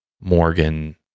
Morgan